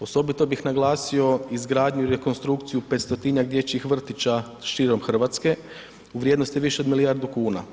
Osobito bih naglasio izgradnju i rekonstrukciju 500-tinjak dječjih vrtića širom Hrvatske u vrijednosti više od milijardu kuna.